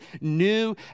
new